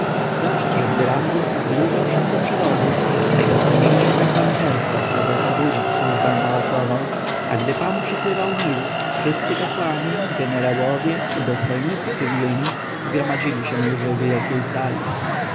dość że gdy ramzes zbliżał się do przewozu najdostojniejszy arcykapłan herhor kazał obudzić służbę pałacową a gdy pan przepływał nil wszyscy kapłani jenerałowie i dostojnicy cywilni już zgromadzili się w wielkiej sali